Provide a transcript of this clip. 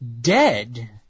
Dead